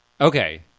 Okay